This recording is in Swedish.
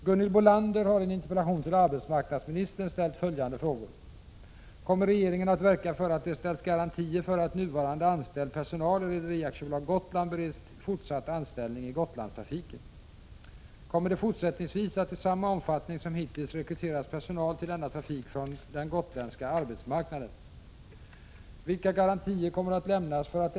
Gunhild Bolander har i en interpellation till arbetsmarknadsministern ställt följande frågor: Kommer det fortsättningsvis att i samma omfattning som hittills rekryteras personal till denna trafik från den gotländska arbetsmarknaden?